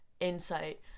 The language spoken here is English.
Insight